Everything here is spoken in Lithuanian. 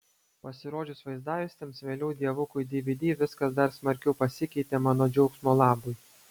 pasirodžius vaizdajuostėms vėliau dievukui dvd viskas dar smarkiau pasikeitė mano džiaugsmo labui